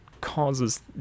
Causes